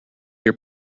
your